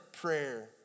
prayer